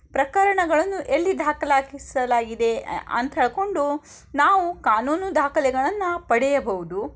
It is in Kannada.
ಪ್ರಕರಣಗಳನ್ನು ಎಲ್ಲಿ ದಾಖಲಾಗಿಸಲಾಗಿದೆ ಅಂತ ಹೇಳ್ಕೊಂಡು ನಾವು ಕಾನೂನು ದಾಖಲೆಗಳನ್ನು ಪಡೆಯಬಹುದು